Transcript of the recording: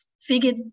figured